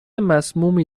مسمومی